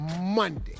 Monday